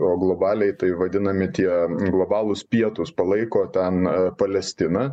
o globaliai tai vadinami tie globalūs pietūs palaiko ten palestiną